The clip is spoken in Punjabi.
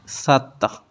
ਸੱਤ